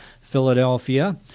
Philadelphia